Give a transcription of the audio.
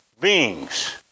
beings